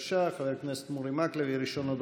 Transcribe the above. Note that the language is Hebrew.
חבר הכנסת אורי מקלב, מעוניין?